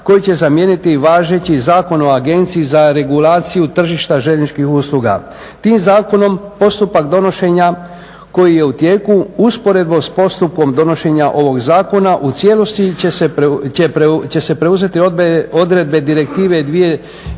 koji će zamijeniti važeći Zakon o agenciji za regulaciju tržišta željezničkih usluga. Tim zakonom postupak donošenja koji je u tijeku usporedo sa postupkom donošenja ovog zakona u cijelosti će se preuzeti odredbe Direktive